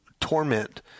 torment